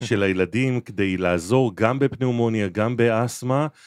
של הילדים כדי לעזור גם בפנאומניה, גם באסטמה.